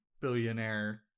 billionaire